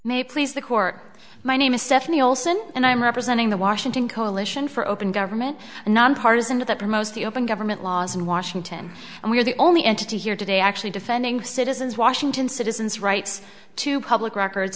may please the court my name is stephanie olson and i'm representing the washington coalition for open government and nonpartisan that promotes the open government laws in washington and we're the only entity here today actually defending citizens washington citizens rights to public records